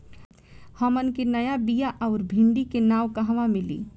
हमन के नया बीया आउरडिभी के नाव कहवा मीली?